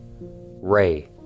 Ray